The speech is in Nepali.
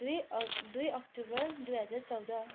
दुई अक दुई अक्टोबर दुई हजार चौध